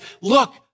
look